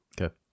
Okay